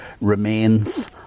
remains